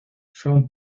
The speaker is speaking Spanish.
son